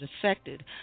affected